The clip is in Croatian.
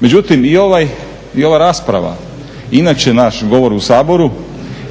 Međutim, i ova rasprava i inače naš govor u Saboru